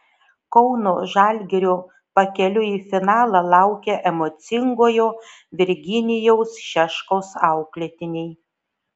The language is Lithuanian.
kauno žalgirio pakeliui į finalą laukia emocingojo virginijaus šeškaus auklėtiniai